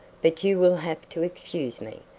but you will have to excuse me.